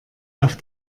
auf